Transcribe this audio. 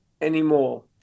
anymore